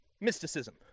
mysticism